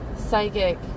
Psychic